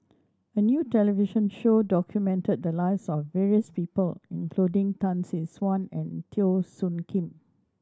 a new television show documented the lives of various people including Tan Tee Suan and Teo Soon Kim